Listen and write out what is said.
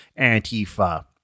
Antifa